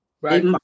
Right